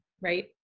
right